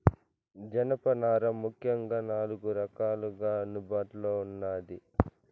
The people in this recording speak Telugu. జనపనార ముఖ్యంగా నాలుగు రకాలుగా అందుబాటులో ఉన్నాది